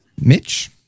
Mitch